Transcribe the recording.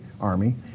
army